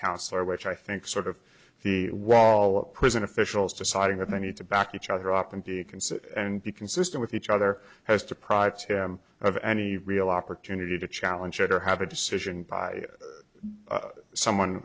councilor which i think sort of the wall prison officials to sign that they need to back each other up and you can see it and be consistent with each other has deprived him of any real opportunity to challenge it or have a decision by someone